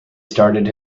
started